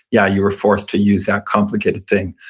yeah, you were forced to use that complicated thing,